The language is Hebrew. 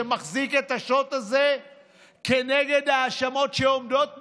שמחזיק את השוט הזה כנגד האשמות שעומדות מולו.